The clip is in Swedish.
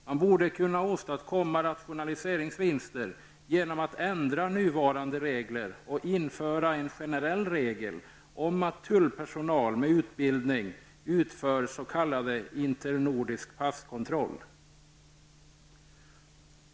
Man borde kunna åstadkomma rationaliseringsvinster genom att ändra nuvarande regler och införa en generell regel om att tullpersonal med utbildning utför s.k. internordisk passkontroll.